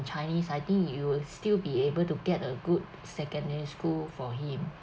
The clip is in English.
chinese I think you will still be able to get a good secondary school for him